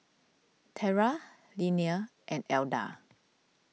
Tera Linnea and Elda